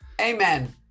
Amen